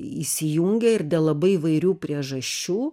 įsijungė ir dėl labai įvairių priežasčių